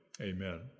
amen